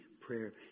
prayer